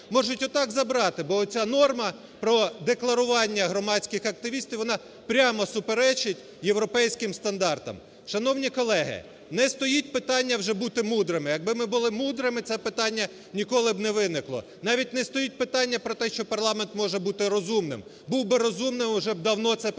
можуть отак забрати, бо ця норма про декларування громадських активістів, вона прямо суперечить європейським стандартам. Шановні колеги, не стоїть питання вже бути мудрими. Якби ми були мудрими, це питання ніколи б не виникло. Навіть не стоїть питання про те, що парламент може бути розумним. Був би розумний, уже б давно це питання